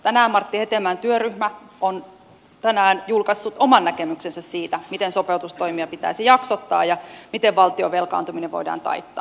tänään martti hetemäen työryhmä on julkaissut oman näkemyksensä siitä miten sopeutustoimia pitäisi jaksottaa ja miten valtion velkaantuminen voidaan taittaa